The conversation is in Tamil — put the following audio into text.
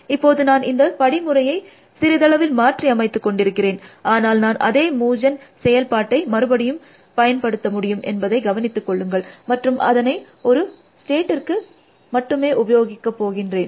இப்போது நான் இந்த படிமுறையை சிறிதளவில் மாற்றி அமைத்து கொண்டிருக்கிறேன் அனால் நான் அதே மூவ் ஜென் செயல்பாட்டை மறுபடியும் பயன்படுத்த முடியும் என்பதை கவனித்து கொள்ளுங்கள் மற்றும் அதனை ஒரு ஸ்டேட்டிற்கு மட்டுமே உபயோகிக்க போகின்றேன்